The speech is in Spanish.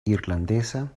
irlandesa